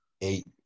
eight